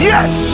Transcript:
Yes